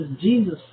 Jesus